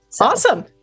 Awesome